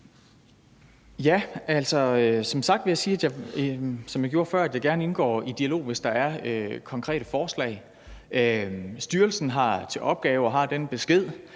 sige, som jeg gjorde før, at jeg gerne indgår i en dialog, hvis der er konkrete forslag. Styrelsen har til opgave og har fået den besked